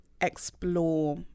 explore